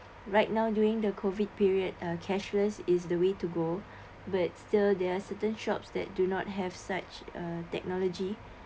right now doing the COVID period uh cashless is the way to go but still there are certain shops that do not have such uh technology